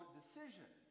decision